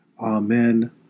Amen